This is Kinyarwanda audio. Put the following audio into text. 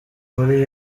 muri